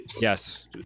Yes